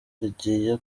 rigiye